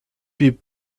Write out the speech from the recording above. two